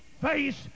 face